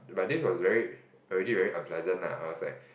but this was very already really unpleasant nah I was like